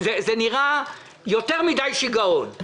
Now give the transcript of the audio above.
זה נראה יותר מדי שיגעון.